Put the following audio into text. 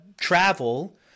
travel